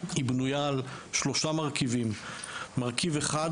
היא בנויה על שלושה מרכיבים: אחד,